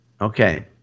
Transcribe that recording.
Okay